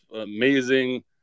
Amazing